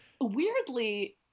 weirdly